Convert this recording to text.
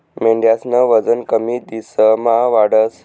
मेंढ्यास्नं वजन कमी दिवसमा वाढस